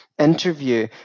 Interview